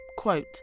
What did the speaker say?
quote